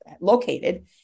located